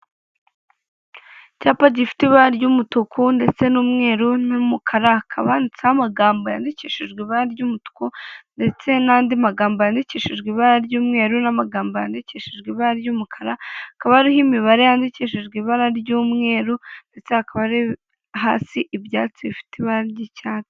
Icyapa gifite ibara ry'umutuku ndetse n'umweru n'umukara, banditseho amagambo yandikishijwe ibara ry'umutuku ndetse n'andi magambo yandikishijwe ibara ry'umweru n'amagambo yandikishijwe ibara ry'umukara, hakaba hariho imibare yandikishijwe ibara ry'umweru ndetse hakaba hari hasi ibyatsi bifite ibara ry'icyatsi.